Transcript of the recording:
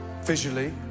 Visually